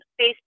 facebook